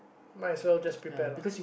might as well just prepare lah